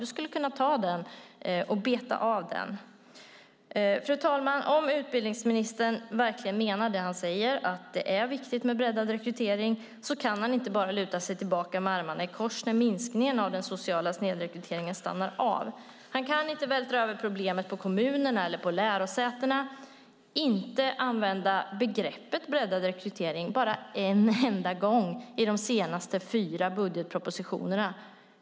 Du skulle kunna ta den och beta av den. Fru talman! Om utbildningsministern verkligen menar det han säger, att det är viktigt med breddad rekrytering, kan han inte bara luta sig tillbaka med armarna i kors när minskningen av den sociala snedrekryteringen stannar av. Han kan inte vältra över problemet på kommunerna eller på lärosätena. Begreppet "breddad rekrytering" används bara en enda gång i de senaste fyra budgetpropositionerna.